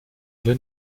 alle